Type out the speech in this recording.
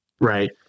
right